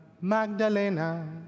Magdalena